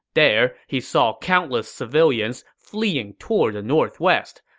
there, he saw countless civilians fleeing toward the northwest.